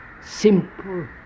simple